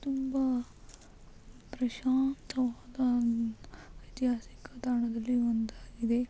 ತುಂಬ ಪ್ರಶಾಂತವಾದ ಐತಿಹಾಸಿಕ ತಾಣದಲ್ಲಿ ಒಂದಾಗಿದೆ